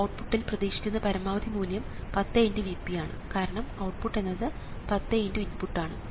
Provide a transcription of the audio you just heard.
ഔട്ട്പുട്ടിൽ പ്രതീക്ഷിക്കുന്ന പരമാവധി മൂല്യം 10×Vp ആണ് കാരണം ഔട്ട്പുട്ട് എന്നത് 10×ഇൻപുട്ട് ആണ്